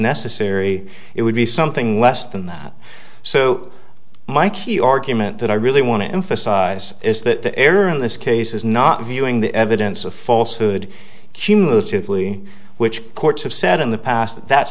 necessary it would be something less than that so my key argument that i really want to emphasize is that the error in this case is not viewing the evidence of false hood cumulatively which courts have said in the past that's